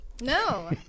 No